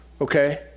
Okay